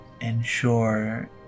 ensure